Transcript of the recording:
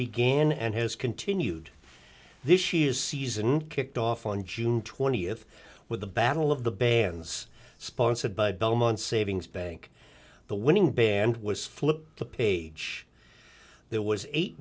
began and has continued this year's season kicked off on june twentieth with the battle of the bands sponsored by belmont savings bank the winning band was flip the page there was eight